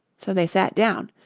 so they sat down,